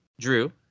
Drew